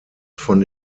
von